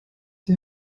die